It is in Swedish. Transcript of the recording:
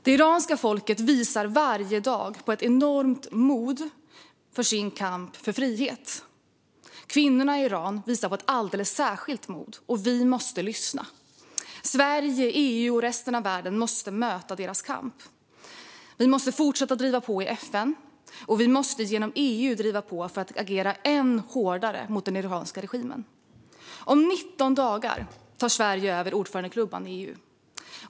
Det iranska folket visar varje dag på ett enormt mod i sin kamp för frihet. Kvinnorna i Iran visar på ett alldeles särskilt mod, och vi måste lyssna. Sverige, EU och resten av världen måste möta deras kamp. Vi måste fortsätta att driva på i FN, och vi måste genom EU driva på för att agera än hårdare mot den iranska regimen. Om 19 dagar tar Sverige över ordförandeklubban i EU.